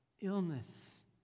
illness